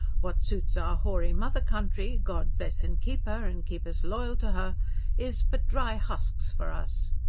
what suits our hoary mother-country god bless and keep her and keep us loyal to her is but dry husks for us.